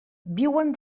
viuen